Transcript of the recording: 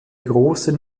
großen